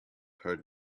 heard